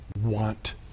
want